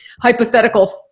hypothetical